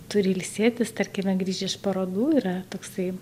turi ilsėtis tarkime grįžę iš parodų yra toksai